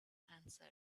answered